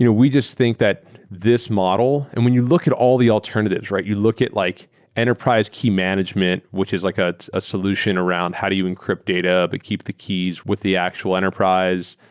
you know we just think that this model and when you look at all the alternatives, you look at like enterprise key management, which is like a ah solution around how do you encrypt data, but keep the keys with the actual enterprise.